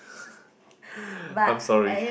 I'm sorry